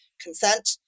consent